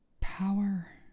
power